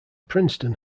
princeton